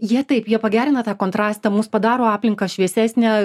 jie taip jie pagerina tą kontrastą mums padaro aplinką šviesesnę